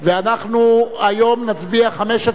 אנחנו היום נצביע חמש הצבעות,